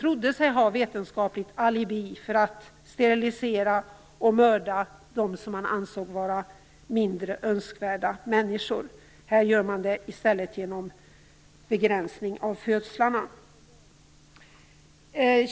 trodde sig ha vetenskapligt alibi för att sterilisera och mörda dem som man ansåg vara mindre önskvärda människor. Här gör man det i stället genom begränsning av födslarna.